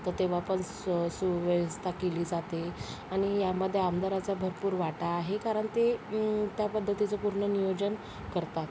तर तेव्हा पण स् सुव्यवस्था केली जाते आणि यामध्ये आमदाराचा भरपूर वाटा आहे कारण ते त्या पद्धतीचं पूर्ण नियोजन करतात